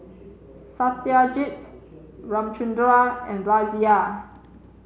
Satyajit Ramchundra and Razia